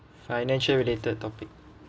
financial related topic